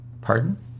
pardon